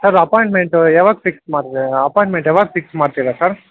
sir appointment ಯಾವಾಗ fix ಮಾಡಿ appointment ಯಾವಾಗ ಫಿಕ್ಸ್ ಮಾಡ್ತೀರ ಸರ್